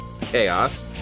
chaos